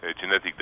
genetic